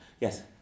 Yes